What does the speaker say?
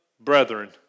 Brethren